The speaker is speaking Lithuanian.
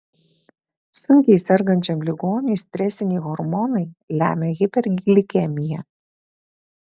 sunkiai sergančiam ligoniui stresiniai hormonai lemia hiperglikemiją